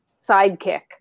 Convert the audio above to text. sidekick